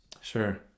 Sure